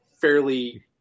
fairly